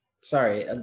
sorry